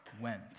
went